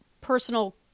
personal